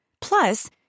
Plus